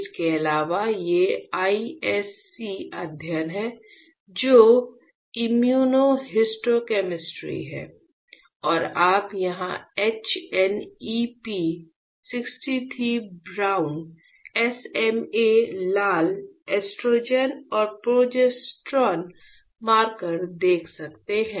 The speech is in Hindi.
इसके अलावा ये ISC अध्ययन है जो इम्युनोहिस्टोकैमिस्ट्री है और आप यहां HNEP 63 ब्राउन SMA लाल एस्ट्रोजन और प्रोजेस्टेरोन मार्कर देख सकते हैं